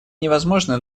невозможны